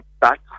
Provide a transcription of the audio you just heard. back